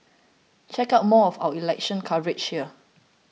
check out more of our election coverage here